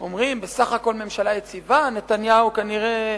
אומרים, בסך הכול ממשלה יציבה, נתניהו, כנראה,